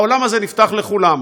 העולם הזה נפתח לכולם.